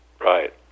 Right